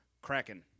Kraken